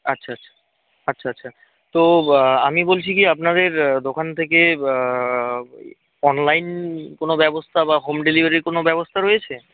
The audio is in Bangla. আচ্ছা আচ্ছা আচ্ছা তো আমি বলছি কী আপনাদের দোকান থেকে ওই অনলাইন কোনও ব্যবস্থা বা হোম ডেলিভারির কোনও ব্যবস্থা রয়েছে